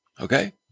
okay